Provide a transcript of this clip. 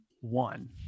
one